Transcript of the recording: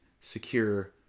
secure